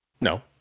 No